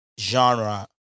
genre